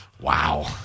Wow